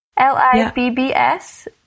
L-I-B-B-S